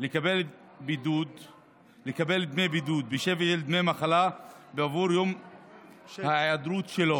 לקבל דמי בידוד בשווי דמי מחלה בעבור יום ההיעדרות שלו.